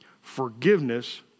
forgiveness